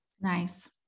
Nice